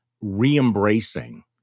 re-embracing